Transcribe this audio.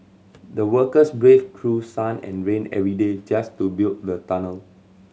the workers braved through sun and rain every day just to build the tunnel